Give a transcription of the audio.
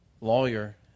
lawyer